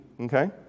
okay